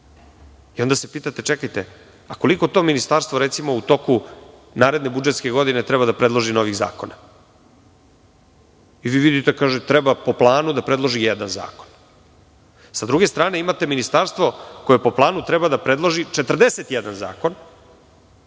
tako. Onda se pitate, čekajte - a koliko to ministarstvo u toku naredne budžetske godine treba da predloži novih zakona? Vi vidite, kaže - treba po planu da predloži jedan zakon. Sa druge strane, imate ministarstvo koje po planu treba da predloži 41 zakon,